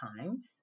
times